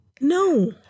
No